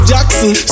Jackson